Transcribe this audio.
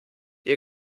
ihr